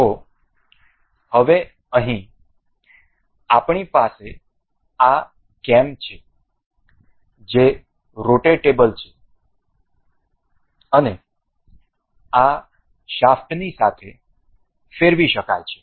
તેથી હવે અહીં આપણી પાસે આ કેમ છે જે રોટેટેબલ છે અને આ શાફ્ટની સાથે ફેરવી શકાય છે